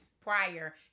prior